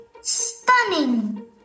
Stunning